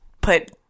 put